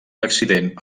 accident